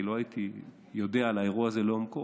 כי אחרת לא הייתי יודע על האירוע זה לעומקו,